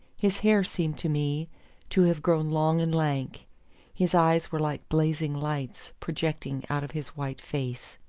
his hair seemed to me to have grown long and lank his eyes were like blazing lights projecting out of his white face.